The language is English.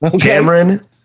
Cameron